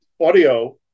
audio